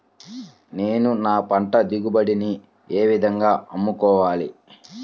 నేను నా పంట దిగుబడిని ఏ విధంగా అమ్ముకోవాలి?